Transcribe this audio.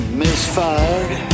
misfired